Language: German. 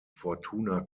fortuna